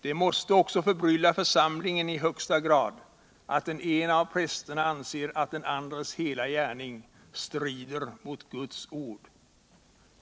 Det måste också förbrylla församlingen i högsta grad att den ene av prästerna anser att den andres hela gärning strider mot Guds Ord.